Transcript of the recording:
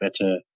better